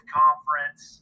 conference